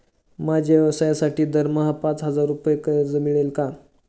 माझ्या व्यवसायासाठी दरमहा पाच हजार रुपये कर्ज मिळेल का?